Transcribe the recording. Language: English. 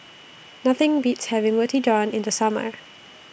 Nothing Beats having Roti John in The Summer